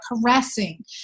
caressing